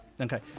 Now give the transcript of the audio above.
Okay